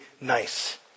nice